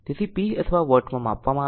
તેથી p અથવા વોટમાં માપવામાં આવે છે